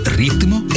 ritmo